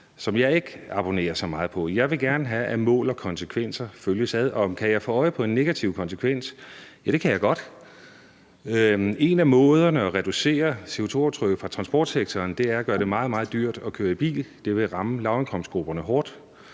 som jeg ikke abonnerer så meget på. Jeg vil gerne have, at mål og konsekvenser følges ad. Kan jeg få øje på en negativ konsekvens? Ja, det kan jeg godt. En af måderne at reducere CO2-aftrykket fra transportsektoren på er at gøre det meget, meget dyrt at køre i bil. Det vil ramme lavindkomstgrupperne hårdt.